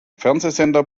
fernsehsender